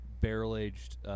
barrel-aged